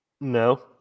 No